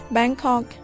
Bangkok